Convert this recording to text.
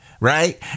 Right